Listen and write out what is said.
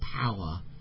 power